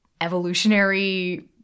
evolutionary